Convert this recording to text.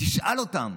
תשאל אותם: